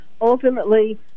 ultimately